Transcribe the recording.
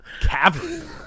Cavern